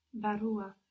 Barua